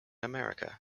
america